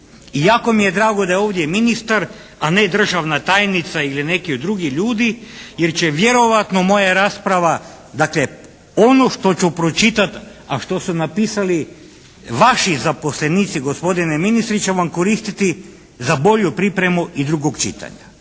jako mi je drago da je ovdje ministar a ne državna tajnica ili neki od drugih ljudi jer će vjerojatno moja rasprava, dakle ono što ću pročitati, a što su napisali vaši zaposlenici gospodine ministre će vam koristiti za bolju pripremu i drugog čitanja.